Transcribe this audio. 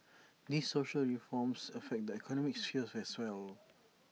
these social reforms affect the economic sphere as well